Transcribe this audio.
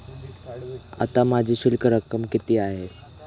आता माझी शिल्लक रक्कम किती आहे?